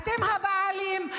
אתם הבעלים,